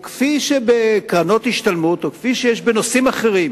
כפי שבקרנות השתלמות וכפי שבנושאים אחרים